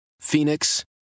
Phoenix